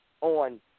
on